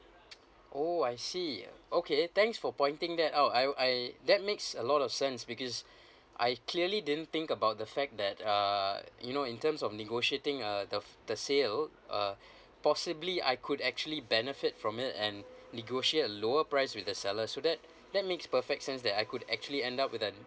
oh I see okay thanks for pointing that out I'll I that makes a lot of sense because I clearly didn't think about the fact that uh you know in terms of negotiating uh the the sale uh possibly I could actually benefit from it and negotiate a lower price with the seller so that that makes perfect sense that I could actually end up with a